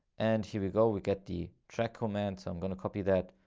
and here we go, we get the track commands. i'm going to copy that,